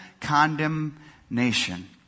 condemnation